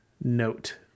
note